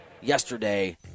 yesterday